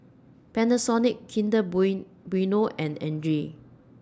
Panasonic Kinder Bueno and Andre